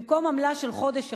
במקום עמלה של חודש אחד,